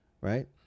right